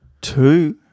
two